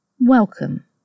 Welcome